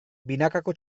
binakako